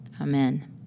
Amen